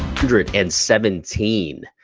hundred and seventeen.